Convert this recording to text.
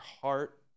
heart